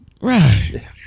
right